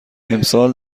امسال